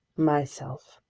myself,